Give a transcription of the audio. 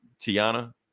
Tiana